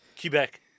Quebec